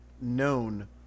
known